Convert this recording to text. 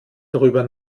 darüber